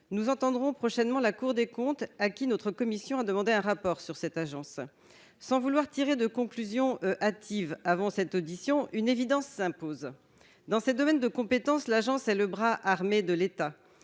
nous entendrons prochainement la Cour des comptes à qui notre commission a demandé un rapport sur cette agence sans vouloir tirer de conclusions hâtives avant cette audition, une évidence s'impose dans ces domaines de compétence, l'agence est le bras armé de l'État,